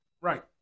Right